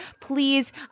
Please